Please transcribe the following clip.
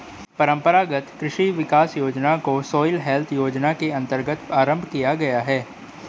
परंपरागत कृषि विकास योजना को सॉइल हेल्थ योजना के अंतर्गत आरंभ किया गया है